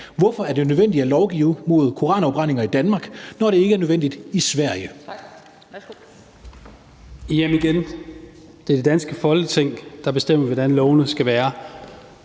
Hvorfor er det nødvendigt at lovgive mod koranafbrændinger i Danmark, når det ikke er nødvendigt i Sverige?